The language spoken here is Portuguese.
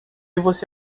você